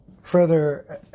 further